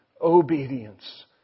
obedience